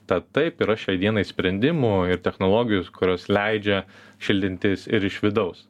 tad taip yra šiai dienai sprendimų ir technologijų kurios leidžia šildintis ir iš vidaus